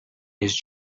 his